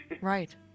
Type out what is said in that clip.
right